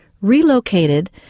relocated